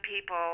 people